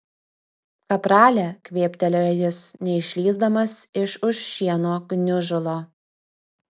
kaprale kvėptelėjo jis neišlįsdamas iš už šieno gniužulo